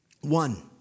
One